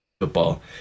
football